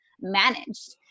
managed